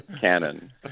canon